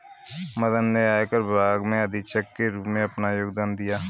मदन ने आयकर विभाग में अधीक्षक के रूप में अपना योगदान दिया